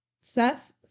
Seth